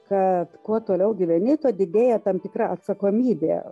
kad kuo toliau gyveni tuo didėja tam tikra atsakomybė